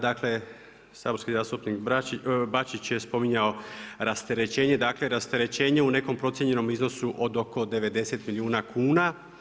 Dakle, saborski zastupnik Bačić je spominjao rasterećenje, dakle rasterećenje u nekom procijenjenom iznosu od oko 90 milijuna kuna.